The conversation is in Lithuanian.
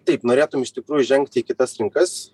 taip norėtum iš tikrųjų žengti į kitas rinkas